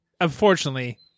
Unfortunately